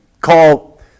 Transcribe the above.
call